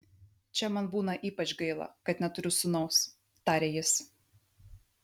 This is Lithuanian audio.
čia man būna ypač gaila kad neturiu sūnaus tarė jis